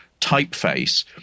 typeface